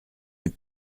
n’ai